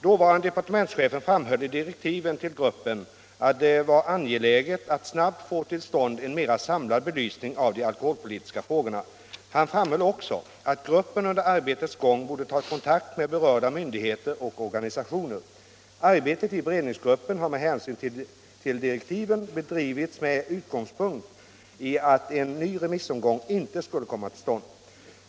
Dåvarande departementschefen framhöll i direktiven till gruppen att det var angeläget att snabbt få till stånd en mera samlad belysning av de alkoholpolitiska frågorna. Han framhöll också att gruppen under arbetets gång borde ta kontakt med berörda myndigheter och organisationer. Arbetet i beredningsgruppen har med hänsyn till direktiven bedrivits med utgångspunkt i att en ny remissomgång inte skulle komma till stånd.